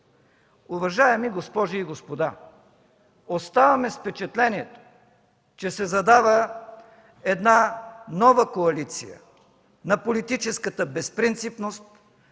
Уважаеми госпожи и господа, оставаме с впечатлението, че се задава една нова коалиция – на политическата безпринципност,